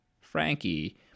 Frankie